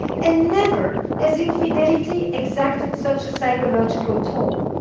and never has infidelity exacted such a psychological toll.